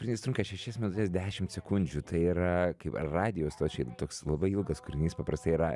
kūrinys trunka šešias minutes dešimt sekundžių tai yra kaip radijo stočiai toks labai ilgas kūrinys paprastai yra